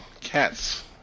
Cats